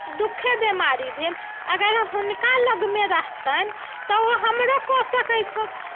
दुखे बेमारी भेल अगर हुनका लगमे रहतनि तऽ ओ हमरो कऽ सकैत छथि